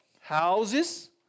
houses